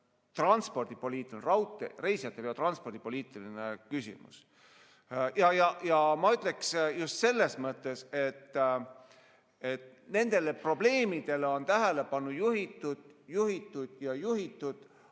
transpordipoliitika, raudtee reisijateveo transpordipoliitiline küsimus. Ma ütleksin just selles mõttes, et nendele probleemidele on tähelepanu juhitud, juhitud ja juhitud,